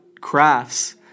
crafts